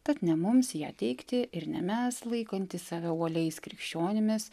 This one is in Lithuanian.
tad ne mums ją teikti ir ne mes laikantys save uoliais krikščionimis